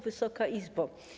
Wysoka Izbo!